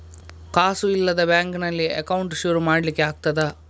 ಕಾಸು ಇಲ್ಲದ ಬ್ಯಾಂಕ್ ನಲ್ಲಿ ಅಕೌಂಟ್ ಶುರು ಮಾಡ್ಲಿಕ್ಕೆ ಆಗ್ತದಾ?